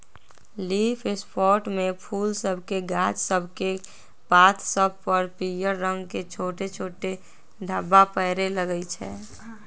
leaf spot में फूल सभके गाछ सभकेक पात सभ पर पियर रंग के छोट छोट ढाब्बा परै लगइ छै